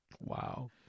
Wow